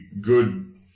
good